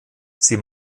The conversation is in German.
sie